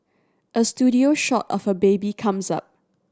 a studio shot of a baby comes up